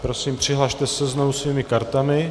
Prosím přihlaste se znovu svými kartami.